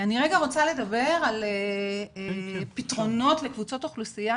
אני רוצה לדבר על פתרונות לקבוצות אוכלוסייה